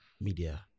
media